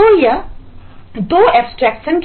तो यह दो एब्स्ट्रेक्शन